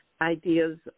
ideas